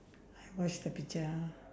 I watch the picture ah